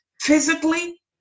Physically